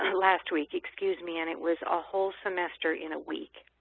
last week, excuse me, and it was a whole semester in a week.